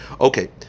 Okay